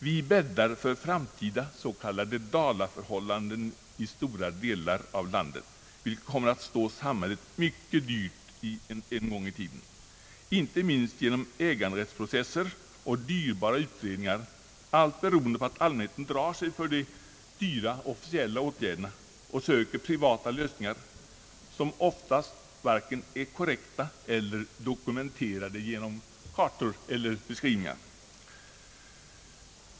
Vi bäddar för framtida s.k. dalaförhållanden i stora delar av landet, vilket kommer att stå samhället mycket dyrt en gång i tiden, inte minst genom äganderättsprocesser och dyra utredningar, allt beroende på att allmänheten drar sig för de dyra officiella åtgärderna och söker privata lösningar, vilka oftast varken är korrekta eller dokumenterade genom kartor och beskrivningar.